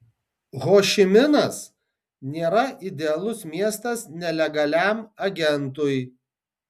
hošiminas nėra idealus miestas nelegaliam agentui